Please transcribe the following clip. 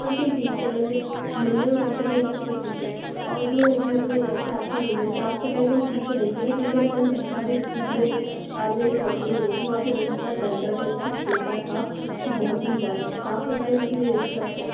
हाँ फिर ठीक है मैम मिन मिनरल वॉटर रहेगी तो फिर ठीक है और जो वो जो रहता है आपके रूम में साफ सफाई तो ठीक से रहेगी ना क्योंकि है न मैंने देखा अभी पिछले साल मैं एक होटल में गई थी वहाँ पर रूम इतना गंदा था इतना छोटा था कि बहुत ही ज़्यादा साफ सफाई मुझे सबसे ज़्यादा